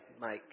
mike